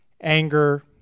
anger